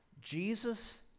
Jesus